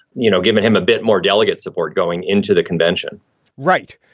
you know, giving him a bit more delegate support going into the convention right.